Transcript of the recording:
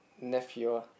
nephew